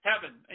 heaven